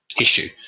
issue